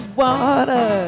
water